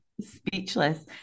speechless